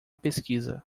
pesquisa